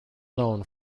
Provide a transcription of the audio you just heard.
known